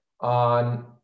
on